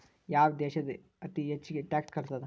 ಯಾವ್ ದೇಶ್ ಅತೇ ಹೆಚ್ಗೇ ಟ್ಯಾಕ್ಸ್ ಕಟ್ತದ?